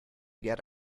get